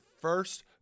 first